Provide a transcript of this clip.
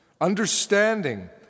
understanding